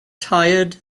tired